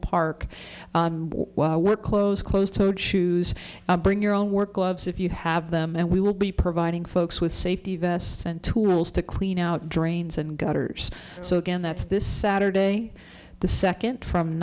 park while we're close close to choose bring your own work loves if you have them and we will be providing folks with safety vests and tools to clean out drains and gutters so again that's this saturday the second from